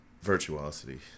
virtuosity